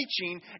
teaching